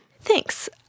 Thanks